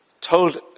told